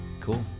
Cool